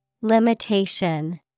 Limitation